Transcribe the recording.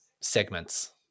segments